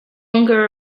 longer